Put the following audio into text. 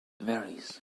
varies